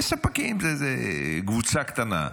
אלה ספקים, זאת קבוצה קטנה.